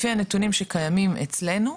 לפי הנתונים שקיימים אצלנו,